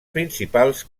principals